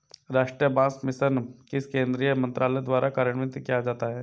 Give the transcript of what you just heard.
राष्ट्रीय बांस मिशन किस केंद्रीय मंत्रालय द्वारा कार्यान्वित किया जाता है?